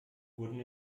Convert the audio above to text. wurden